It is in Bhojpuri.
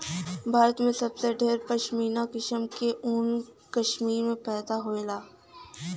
भारत में सबसे ढेर पश्मीना किसम क ऊन कश्मीर में पैदा होला